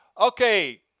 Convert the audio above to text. Okay